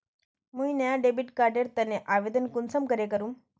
मुई नया debit card एर तने आवेदन कुंसम करे करूम?